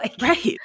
Right